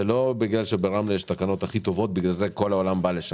זה לא בגלל שברמלה יש את התחנות הכי טובות ולכן כל העולם בא לשם,